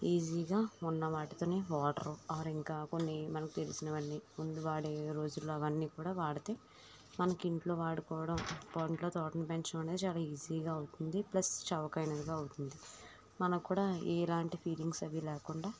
ఈజీగా ఉన్నవాటితోనే water or ఇంకా కొన్ని మనకి తెలిసినవన్నీ ముందు వాడే రోజుల్లో అవన్నీ కూడా వాడితే మనకి ఇంట్లో వాడుకోవడం ఇంట్లో తోటను పెంచడం చాలా ఈజీగా ఉంటుంది ప్లస్ చవకైనదిగా అవుతుంది మనక్కూడా ఎలాంటి ఫీలింగ్స్ అవి లేకుండా